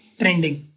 trending